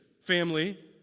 family